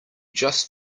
just